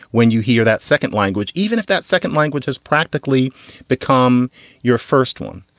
when you hear that second language, even if that second language has practically become your first one.